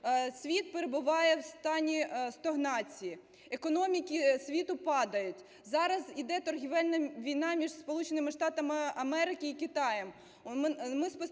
Світ перебуває у стані стагнації, економіки світу падають, зараз йде торгівельна війна між Сполученими